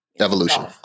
Evolution